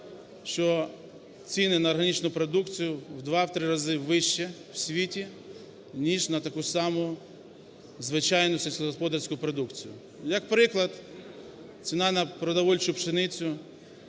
що ціни на органічну продукцію в 2, в 3 рази вище в світі, ніж на таку саму звичайну сільськогосподарську продукцію. Як приклад, ціна на продовольчу пшеницю